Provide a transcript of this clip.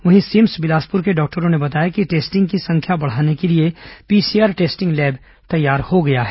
वहीं सिम्स बिलासपुर के डॉक्टरों ने बताया कि टेस्टिंग की संख्या बढ़ाने के लिए पीसीआर टेस्टिंग लैब तैयार हो गया है